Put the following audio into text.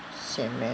sian man